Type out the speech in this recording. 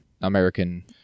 American